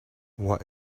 what